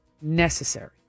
necessary